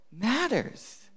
matters